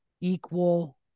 equal